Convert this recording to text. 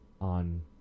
on